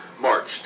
marched